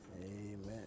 Amen